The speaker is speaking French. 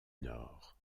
nord